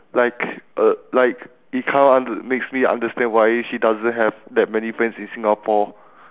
like uh like it kind of makes me understand why she doesn't have that many friends in singapore